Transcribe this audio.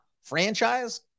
franchise